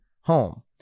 home